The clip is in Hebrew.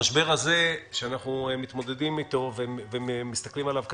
המשבר הזה שאנחנו מתמודדים איתו ומסתכלים עליו קדימה,